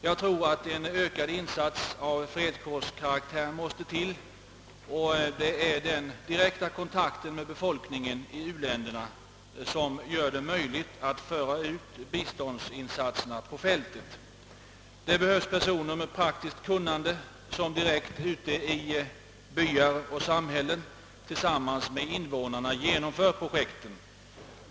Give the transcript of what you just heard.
Jag tror att en ökad insats av fredskårskaraktär är nödvändig. Det är ju den direkta kontakten med befolkningen i u-länderna som gör det möjligt att föra ut biståndsinsatserna på fältet. Det behövs personer med praktiskt kunnande som ute i byar och samhällen tillsammans med invånarna genomför projekten.